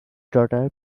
daughter